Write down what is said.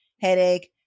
headache